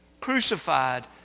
crucified